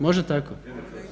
Može tako?